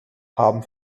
haben